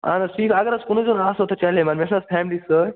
اَہن حظ ٹھیٖک حظ اگر حظ کُنٕے زوٚن آسہٕ ہاو تہٕ چَلہِ ہے ما مےٚ چھِنَہ حظ فیملی سۭتۍ